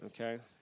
okay